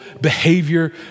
behavior